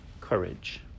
courage